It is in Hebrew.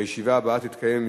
והישיבה הבאה תתקיים,